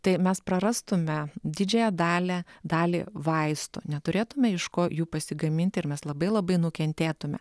tai mes prarastume didžiąją dalį dalį vaistų neturėtume iš ko jų pasigaminti ir mes labai labai nukentėtume